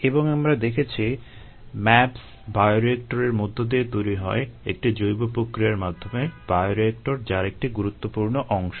এবং আমরা দেখেছি MAbs বায়োরিয়েক্টরের মধ্য দিয়ে তৈরি হয় একটি জৈব প্রক্রিয়ার মাধ্যমে বায়োরিয়েক্টর যার একটি গুরুত্বপূর্ণ অংশ